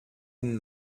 den